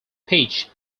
peach